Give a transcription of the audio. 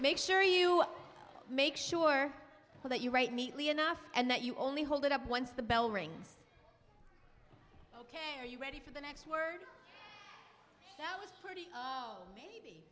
make sure you make sure that you write neatly enough and that you only hold it up once the bell rings ok are you ready for the next word fellows pretty o